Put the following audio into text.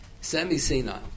Semi-senile